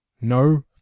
no